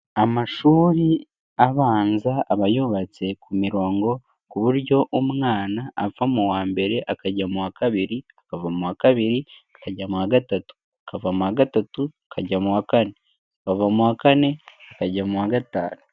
Aashuri abanza, aba yubatse ku mirongo, ku buryo umwana ava mu wa mbere, akajya mu wa kabiri, akava mu wa kabiri, akajya mu wa gatatu, akava mu gatatu, akajya mu wa kane, akava mu wa kane, akajya mu wa gatanu.